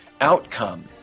outcome